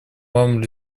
вам